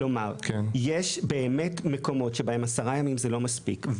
כלומר, יש מקומות שבהם 10 ימים זה באמת לא מספיק.